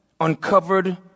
uncovered